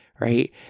right